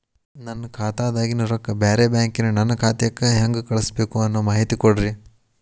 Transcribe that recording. ನನ್ನ ಖಾತಾದಾಗಿನ ರೊಕ್ಕ ಬ್ಯಾರೆ ಬ್ಯಾಂಕಿನ ನನ್ನ ಖಾತೆಕ್ಕ ಹೆಂಗ್ ಕಳಸಬೇಕು ಅನ್ನೋ ಮಾಹಿತಿ ಕೊಡ್ರಿ?